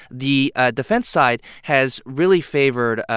the ah defense side has really favored,